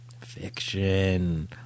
fiction